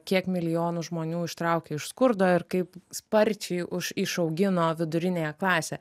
kiek milijonų žmonių ištraukė iš skurdo ir kaip sparčiai už išaugino viduriniąją klasę